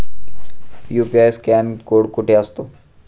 UPI scan code कुठे असतो?